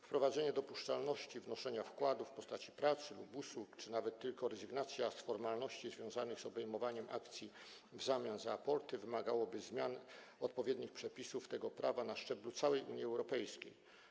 Wprowadzenie dopuszczalności wnoszenia wkładów w postaci pracy lub usług czy nawet tylko rezygnacja z formalności związanych z obejmowaniem akcji w zamian za aporty wymagałyby zmian odpowiednich przepisów tego prawa na szczeblu całej Unii Europejskiej.